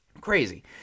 Crazy